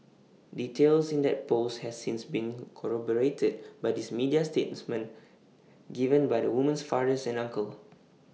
details in that post has since been corroborated by these media statements given by the woman's father and uncle